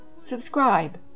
subscribe